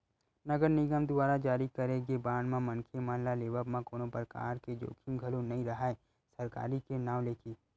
नगर निगम दुवारा जारी करे गे बांड म मनखे मन ल लेवब म कोनो परकार के जोखिम घलो नइ राहय सरकारी के नांव लेके